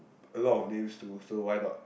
a lot of names to so why not